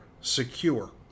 secure